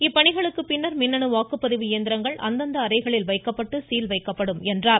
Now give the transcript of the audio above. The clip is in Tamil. இப்பணிகளுக்கு பின்னர் மின்னணு வாக்குப்பதிவு இயந்திரங்கள் அந்தந்த அறைகளில் வைக்கப்பட்டு சீல் வைக்கப்படும் என்றார்